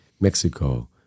Mexico